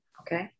Okay